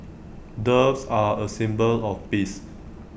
doves are A symbol of peace